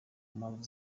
mpamvu